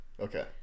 Okay